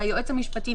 שהיועץ המשפטי,